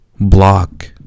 block